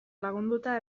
lagunduta